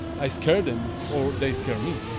i scare them, or they scare me.